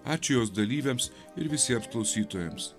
ačiū jos dalyviams ir visiems klausytojams